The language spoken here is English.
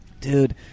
dude